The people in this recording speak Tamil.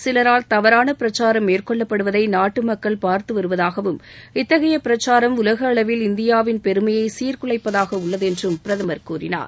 சிலரால் தவறான பிரச்சாரம் மேற்கொள்ளப்படுவதை நாட்டுமக்கள் பார்த்து வருவதாகவும் இத்தகைய பிரச்சாரம் உலக அளவில் இந்தியாவின் பெருமையை சீர்குலைப்பதாக உள்ளது என்றும் பிரதமர் கூறினார்